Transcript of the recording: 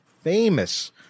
famous